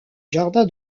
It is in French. jardin